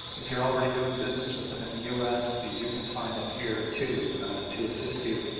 if youire already doing business with them in the u s. ah you can find them here too to assist you